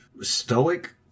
stoic